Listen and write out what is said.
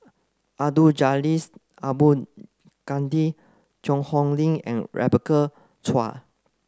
Abdul Jalil Abdul Kadir Cheang Hong Lim and Rebecca Chua